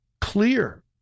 clear